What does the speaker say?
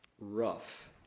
rough